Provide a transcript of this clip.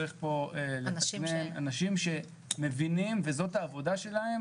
צריך פה אנשים שמבינים וזאת העבודה שלהם